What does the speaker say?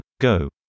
Go